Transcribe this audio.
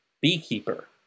beekeeper